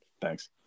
thanks